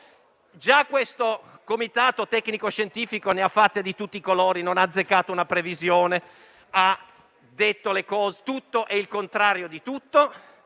Già il comitato tecnico-scientifico ne ha fatte di tutti i colori, non ha azzeccato una previsione, ha detto tutto e il contrario di tutto.